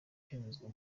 kwemezwa